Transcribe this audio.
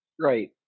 Right